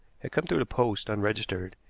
had come through the post, unregistered,